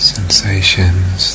Sensations